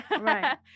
Right